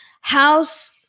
House